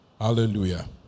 Hallelujah